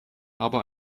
aber